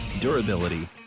durability